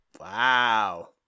Wow